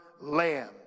lamb